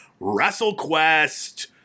WrestleQuest